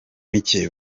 micye